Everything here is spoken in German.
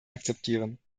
akzeptieren